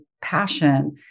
passion